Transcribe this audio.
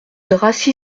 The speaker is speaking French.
dracy